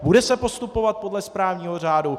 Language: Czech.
Bude se postupovat podle správního řádu?